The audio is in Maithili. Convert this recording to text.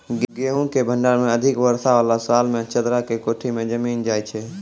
गेहूँ के भंडारण मे अधिक वर्षा वाला साल मे चदरा के कोठी मे जमीन जाय छैय?